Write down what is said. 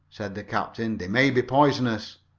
said the captain. they may be poisonous.